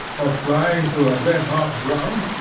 or flying through a red-hot drum,